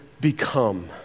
become